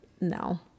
No